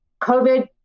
covid